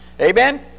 Amen